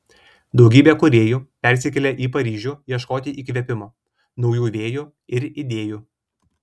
daugybė kūrėjų persikėlė į paryžių ieškoti įkvėpimo naujų vėjų ir idėjų